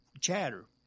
chatter